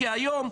כי היום,